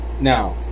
now